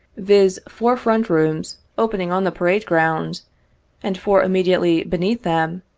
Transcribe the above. viz four front rooms opening on the parade-ground, and four immediately beneath them,